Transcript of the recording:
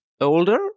older